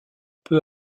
peu